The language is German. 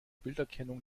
bilderkennung